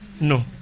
No